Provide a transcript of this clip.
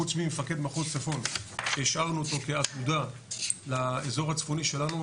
חוץ ממפקד מחוז צפון שהשארנו אותו כעתודה לאזור הצפוני שלנו.